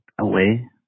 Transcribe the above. away